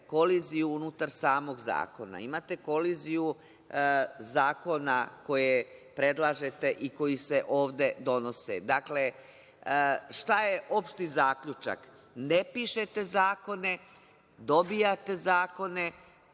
koliziju unutar samog zakona. Imate koliziju zakona koje predlažete i koji se ovde donose. Dakle, šta je opšti zaključak? Ne pišete zakone, dobijate zakone